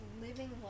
living